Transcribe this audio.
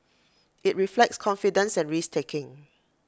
IT reflects confidence and risk taking